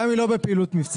גם אם לא בפעילות מבצעית.